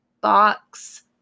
box